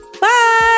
Bye